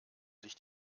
licht